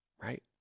right